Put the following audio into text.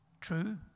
true